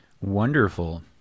Wonderful